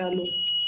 שעלו.